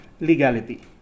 legality